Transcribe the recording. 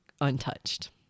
untouched